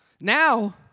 Now